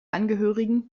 angehörigen